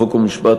חוק ומשפט,